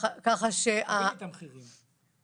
תני לי את המחירים.